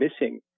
missing